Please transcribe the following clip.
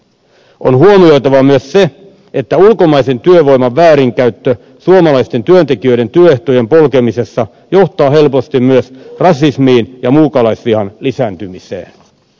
on huomioitava myös se että ulkomaisen työvoiman väärinkäyttö suomalaisten työntekijöiden työehtojen polkemisessa johtaa helposti myös rasismiin ja muukalaisvihan lisääntymiseen